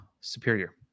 superior